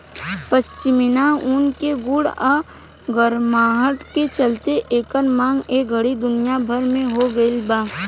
पश्मीना ऊन के गुण आ गरमाहट के चलते एकर मांग ए घड़ी दुनिया भर में हो गइल बा